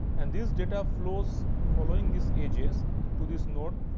and these data flows following these edges to this node,